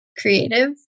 creative